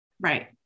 Right